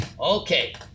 Okay